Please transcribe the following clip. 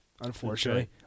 unfortunately